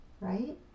right